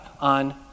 on